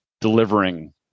delivering